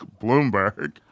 bloomberg